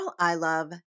Ilove